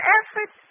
effort